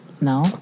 No